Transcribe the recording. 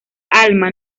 alma